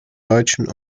deutschen